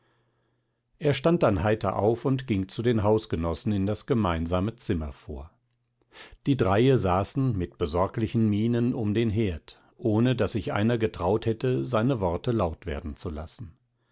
er stand dann heiter auf und ging zu den hausgenossen in das gemeinsame zimmer vor die dreie saßen mit besorglichen mienen um den herd ohne daß sich einer getraut hätte seine worte laut werden zu lassen